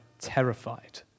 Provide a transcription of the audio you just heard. terrified